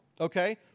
okay